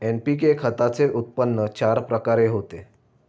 NPK खताचे उत्पन्न चार प्रकारे होते